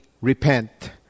repent